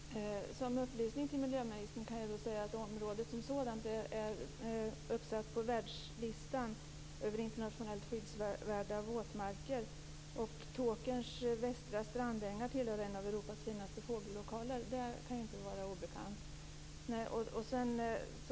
Fru talman! Som upplysning till miljöministern kan jag säga att området som sådant är uppsatt på världslistan över internationellt skyddsvärda våtmarker. Tåkerns västra strandängar hör till en av Europas finaste fågellokaler, vilket inte kan vara obekant.